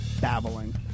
babbling